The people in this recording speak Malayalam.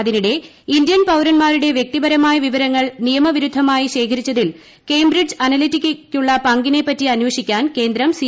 അതിനിടെ ഇന്ത്യൻ പൌരൻമാരുടെ വ്യക്തിപരമായ വിവരങ്ങൾ നിയമവിരുദ്ധമായി കേംബ്രിഡ്ജ് അനലിറ്റിക്കയ്ക്കുള്ള പങ്കിനെപറ്റി ആന്ധേഷിക്കാൻ കേന്ദ്രം സി